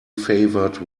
favored